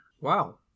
Wow